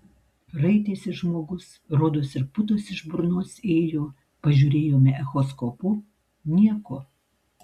raitėsi žmogus rodos ir putos iš burnos ėjo pažiūrėjome echoskopu nieko